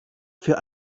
für